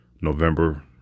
November